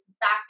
back